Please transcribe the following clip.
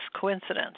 coincidence